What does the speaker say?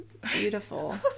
beautiful